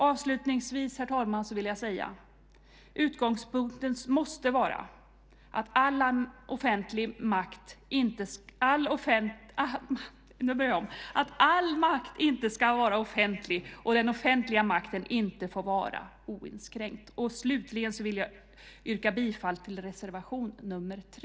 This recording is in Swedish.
Avslutningsvis, herr talman, vill jag säga att utgångspunkten måste vara att all makt inte ska vara offentlig och att den offentliga makten inte får vara oinskränkt. Slutligen vill jag yrka bifall till reservation 3.